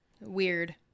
Weird